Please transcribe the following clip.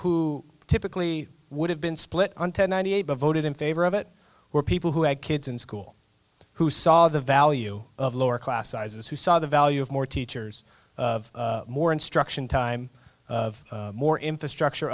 who typically would have been split on ten ninety eight voted in favor of it were people who had kids in school who saw the value of lower class sizes who saw the value of more teachers more instruction time of more infrastructure